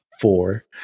Four